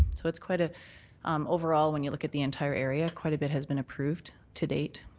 so it's quite ah overall when you look at the entire area quite a bit has been approved to date.